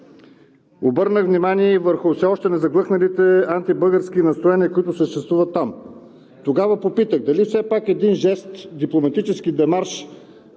Обърнах внимание и върху все още незаглъхналите антибългарски настроения, които съществуват там. Тогава попитах дали все пак един жест, дипломатически демарш